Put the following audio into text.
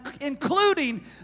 including